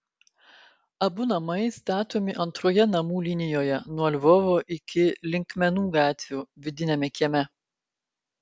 abu namai statomi antroje namų linijoje nuo lvovo ir linkmenų gatvių vidiniame kieme